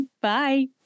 Bye